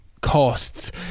costs